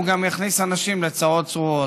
הוא גם יכניס אנשים לצרות צרורות.